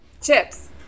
Chips